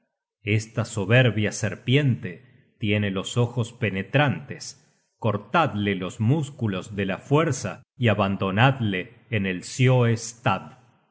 esta soberbia serpiente tiene los ojos penetrantes cortadle los músculos de la fuerza y abandonadle en el